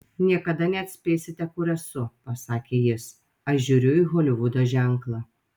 niekada neatspėsite kur esu pasakė jis aš žiūriu į holivudo ženklą